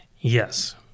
Yes